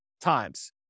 times